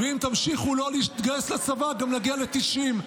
ואם תמשיכו לא להתגייס לצבא גם נגיע ל-90.